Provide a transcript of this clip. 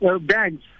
bags